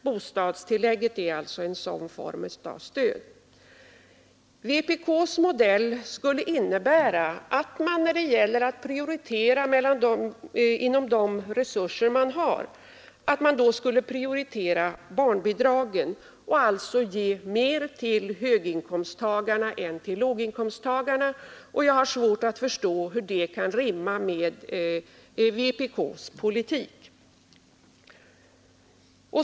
Bostadstillägget är en sådan form av stöd. Men vpk:s modell skulle innebära att man vid prioritering av de resurser vi har skulle prioritera barnbidragen och alltså ge mer till höginkomsttagarna än till låginkomsttagarna. Jag har svårt att förstå hur det kan rimma med vpk:s politik.